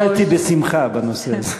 נכשלתי בשמחה בנושא הזה.